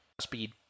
speed